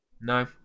No